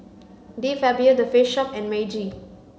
De Fabio The Face Shop and Meiji